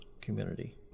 community